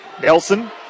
Nelson